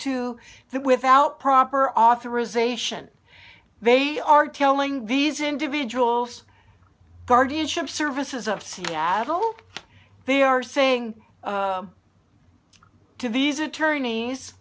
that without proper authorization they are telling these individuals guardianship services of seattle they are saying to these attorneys